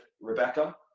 Rebecca